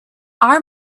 our